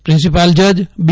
principal જજ બી